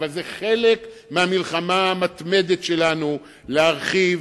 אבל זה חלק מהמלחמה המתמדת שלנו להרחיב